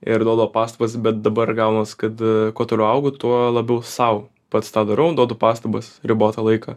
ir duodavo pastabas bet dabar gaunas kad kuo toliau augu tuo labiau sau pats tą darau duodu pastabas ribotą laiką